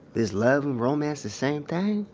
is love and romance the same thing,